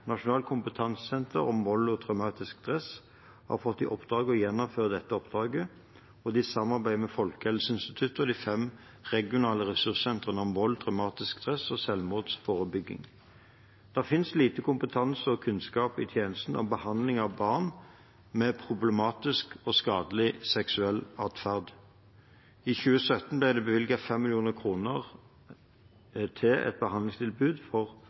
om vold og traumatisk stress har fått i oppdrag å gjennomføre dette oppdraget, og de samarbeider med Folkehelseinstituttet og de fem regionale ressurssentrene om vold, traumatisk stress og selvmordsforebygging. Det finnes lite kompetanse og kunnskap i tjenestene om behandling av barn med problematisk og skadelig seksuell atferd. I 2017 ble det bevilget 5 mill. kr til et behandlingstilbud for